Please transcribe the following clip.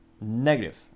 negative